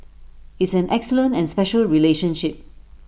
it's an excellent and special relationship